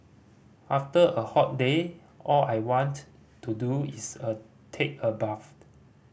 after a hot day all I want to do is take a bath